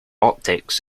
optics